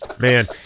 Man